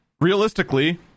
realistically